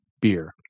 beer